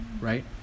right